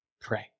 pray